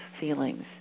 feelings